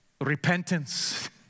Repentance